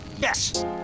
yes